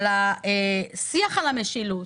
השיח נעל המשילות,